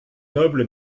noble